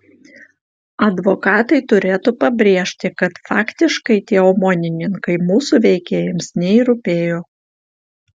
advokatai turėtų pabrėžti kad faktiškai tie omonininkai mūsų veikėjams nei rūpėjo